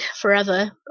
forever